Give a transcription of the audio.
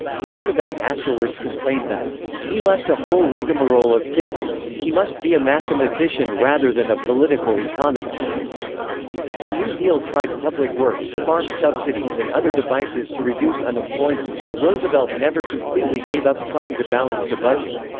roosevelt afterwards complained that he left a whole rigmarole of figures he must be a mathematician rather than a political economist the new deal tried public works, farm subsidies and other devices to reduce unemployment, but roosevelt never completely gave up trying to balance the budget.